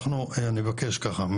אני מבקש ככה,